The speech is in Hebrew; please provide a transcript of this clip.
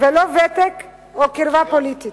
או קרבה פוליטית.